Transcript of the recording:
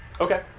Okay